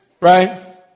right